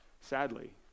sadly